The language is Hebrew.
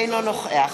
אינו נוכח